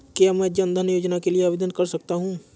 क्या मैं जन धन योजना के लिए आवेदन कर सकता हूँ?